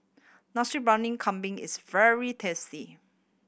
Nasi Briyani Kambing is very tasty